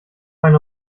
eine